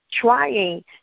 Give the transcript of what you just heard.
Trying